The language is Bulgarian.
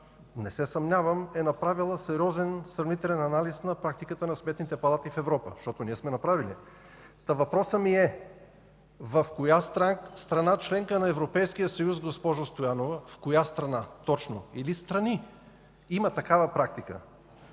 не се съмнявам – е направила сериозен сравнителен анализ на практиките на сметните палати в Европа. Защото ние сме направили! Въпросът ми е: в коя страна – член на Европейския съюз, госпожо Стоянова, в коя страна точно или страни има такава практика?